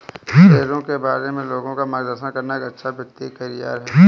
शेयरों के बारे में लोगों का मार्गदर्शन करना एक अच्छा वित्तीय करियर है